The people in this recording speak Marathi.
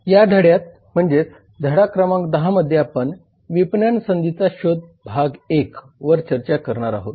या धड्यात म्हणजेच धडा क्रमांक 10 मध्ये आपण विपणन संधींचा शोध भाग 1 वर चर्चा करणार आहोत